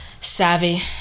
savvy